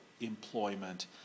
employment